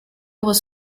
was